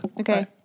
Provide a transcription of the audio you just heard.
Okay